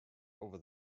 over